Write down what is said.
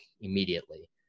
immediately